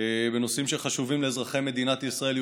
בנושאים שחשובים לאזרחי מדינת ישראל,